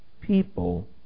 people